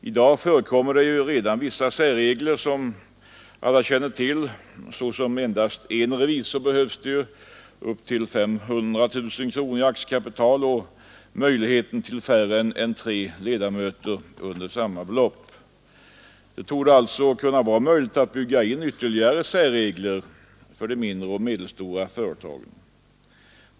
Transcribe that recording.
I dag förekommer redan vissa särregler, såsom endast en revisor upp till 500 000 kronor i aktiekapital och möjligheten till färre än tre styrelseledamöter under samma belopp. Det torde således vara möjligt att bygga in ytterligare särregler för de mindre och medelstora företagen.